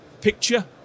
picture